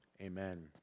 Amen